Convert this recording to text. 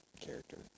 character